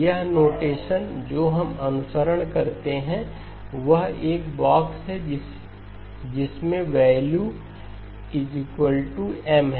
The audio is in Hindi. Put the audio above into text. यह नोटेशन जो हम अनुसरण करते हैं वह एक बॉक्स है जिसमें वैल्यू M है